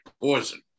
poison